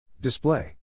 Display